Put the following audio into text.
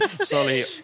Sorry